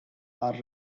are